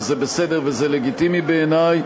זה בסדר וזה לגיטימי בעיני,